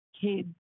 kids